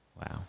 Wow